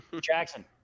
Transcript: Jackson